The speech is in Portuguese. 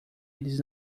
eles